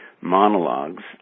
monologues